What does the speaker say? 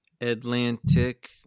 Atlantic